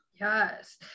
Yes